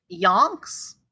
yonks